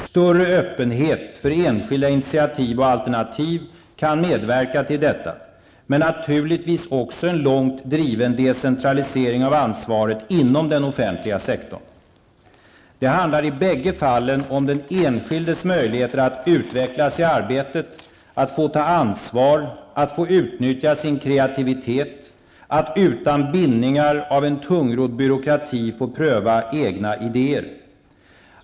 Större öppenhet för enskilda initiativ och alternativ kan medverka till detta, men naturligtvis också en långt driven decentralisering av ansvaret inom den offentliga sektorn. Det handlar i bägge fallen om den enskildes möjligheter att utvecklas i arbetet, att få ta ansvar, att få utnyttja sin kreativitet, att utan bindningar av en tungrodd byråkrati få pröva egna idéer.